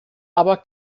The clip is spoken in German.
aber